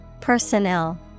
Personnel